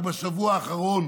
רק בשבוע האחרון,